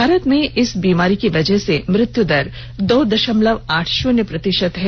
भारत में इस बीमारी की वजह से मृत्युदर दो दशमलव आठ शून्य प्रतिशत है